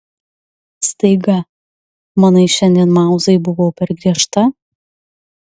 staiga manai šiandien mauzai buvau per griežta